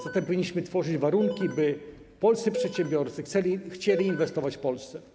Zatem powinniśmy tworzyć warunki, by polscy przedsiębiorcy chcieli inwestować w Polsce.